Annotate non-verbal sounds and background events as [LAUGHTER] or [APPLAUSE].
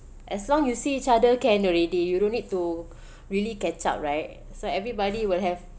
as long you see each other can already you don't need to [BREATH] really catch up right so everybody will have